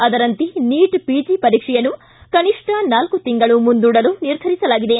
ಅದರಂತೆ NEET PG ಪರೀಕ್ಷೆಯನ್ನು ಕನಿಷ್ಠ ನಾಲ್ಲು ತಿಂಗಳು ಮುಂದೂಡಲು ನಿರ್ಧರಿಸಲಾಗಿದೆ